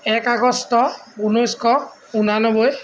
এক আগষ্ট ঊনৈছশ উনান্নব্বৈ